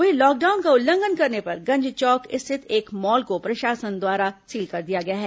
वहीं लॉकडाउन का उल्लंघन करने पर गंज चौक स्थित एक मॉल को प्रशासन द्वारा सील कर दिया गया है